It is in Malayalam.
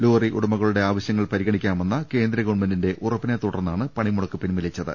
ലോറി ഉടമകളുടെ ആവശ്യങ്ങൾ പരിഗണിക്കാമെന്ന കേന്ദ്ര ഗവൺമെന്റിന്റെ ഉറപ്പിനെ തുടർന്നാണ് പണിമുടക്ക് പിൻവലിച്ചത്